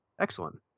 Excellent